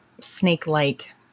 snake-like